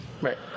Right